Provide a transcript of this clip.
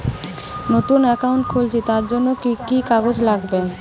নতুন অ্যাকাউন্ট খুলছি তার জন্য কি কি কাগজ লাগবে?